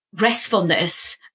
restfulness